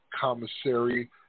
commissary